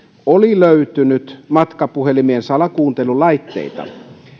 oli löytynyt matkapuhelimien salakuuntelulaitteita